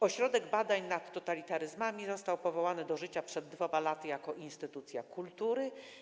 Ośrodek Badań nad Totalitaryzmami został powołany do życia przed 2 laty jako instytucja kultury.